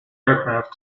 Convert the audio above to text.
aircraft